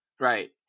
right